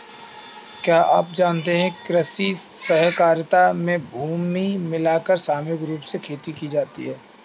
क्या आप जानते है कृषि सहकारिता में भूमि मिलाकर सामूहिक रूप से खेती की जाती है?